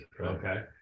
okay